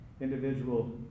individual